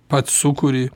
pats sukuri